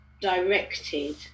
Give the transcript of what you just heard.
directed